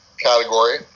category